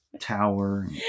tower